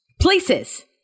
places